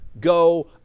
go